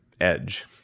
edge